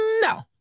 no